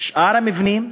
שאר המבנים,